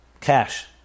cash